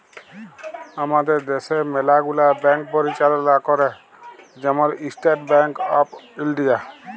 আমাদের দ্যাশে ম্যালা গুলা ব্যাংক পরিচাললা ক্যরে, যেমল ইস্টেট ব্যাংক অফ ইলডিয়া